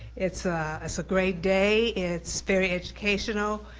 it's a so great day, it's very educational,